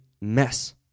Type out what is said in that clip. mess